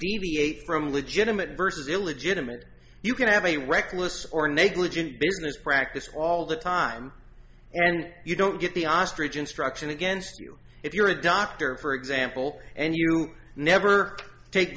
deviate from legitimate versus illegitimate or you could have a reckless or negligent business practice all the time and you don't get the ostrich instruction against you if you're a doctor for example and you never take